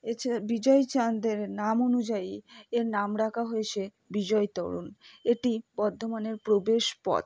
এছাড়া বিজয়চাঁদের নাম অনুযায়ী এর নাম রাখা হয়েছে বিজয় তোরণ এটি বর্ধমানের প্রবেশ পথ